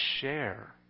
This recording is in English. share